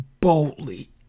boldly